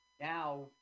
Now